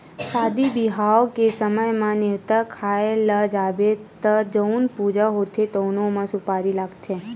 सादी बिहाव के समे म, नेवता खाए ल जाबे त जउन पूजा होथे तउनो म सुपारी लागथे